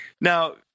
now